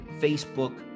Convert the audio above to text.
Facebook